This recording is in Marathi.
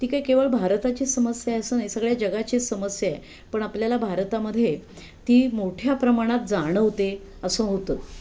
ती काही केवळ भारताची समस्या आहे असं नाही सगळ्या जगाची समस्या आहे पण आपल्याला भारतामध्ये ती मोठ्या प्रमाणात जाणवते असं होतं